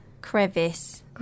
Crevice